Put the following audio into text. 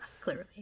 clearly